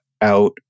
out